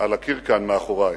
על הקיר כאן מאחורי.